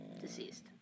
deceased